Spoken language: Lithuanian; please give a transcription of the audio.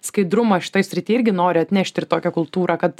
skaidrumą šitoj srity irgi nori atnešti ir tokią kultūrą kad